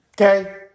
okay